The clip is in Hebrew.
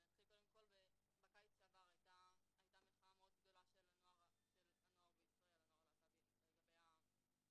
בקיץ שעבר היתה מחאה של הנוער הלהט"בי בישראל לגבי